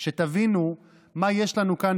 שתבינו מה יש לנו כאן,